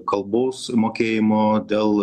kalbos mokėjimo dėl